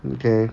okay